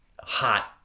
hot